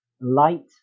light